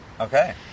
okay